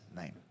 name